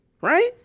right